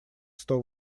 сто